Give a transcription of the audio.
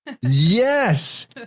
Yes